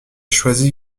choisi